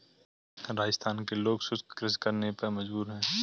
राजस्थान के लोग शुष्क कृषि करने पे मजबूर हैं